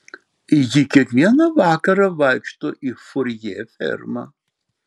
ji kiekvieną vakarą vaikšto į furjė fermą